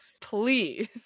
please